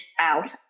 out